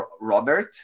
Robert